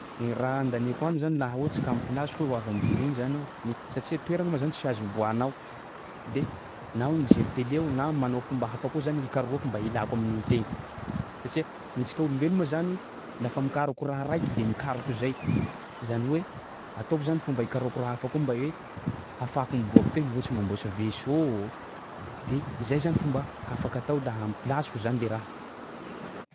Gny raha andaniako andro zany laha ohatsy ka am'plasiko aho hoe ho avy ambony egny zany aho ni- satsia toerana moa zany tsy azo iboahanao de na hoe mijery tele aho na manao fomba hafa koa zany hikarohako mba ialako amin'igny teny satsia ny antsika olombelo moa zany lafa mikaroko raha raiky de mikaroko zay, zany hoe ataoko zany zay ikarohako raha hafa koa mba hoe hafahako miboaka teny ohatsy mamboatsy vaisseau. De zay zany fomba hafaka atao laha am'plasiko zany le raha.